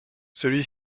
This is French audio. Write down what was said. celui